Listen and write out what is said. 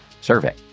survey